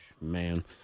man